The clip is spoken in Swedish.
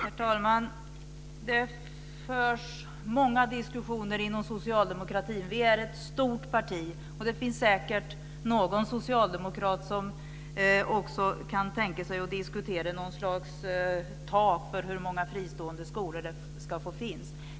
Herr talman! Det förs många diskussioner inom socialdemokratin. Socialdemokraterna är ett stort parti, och det finns säkert någon socialdemokrat som också kan tänka sig att diskutera något slags tak för hur många fristående skolor det ska få finnas.